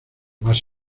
más